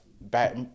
back